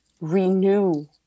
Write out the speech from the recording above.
renew